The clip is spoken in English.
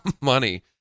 money